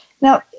Now